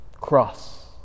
Cross